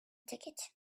ticket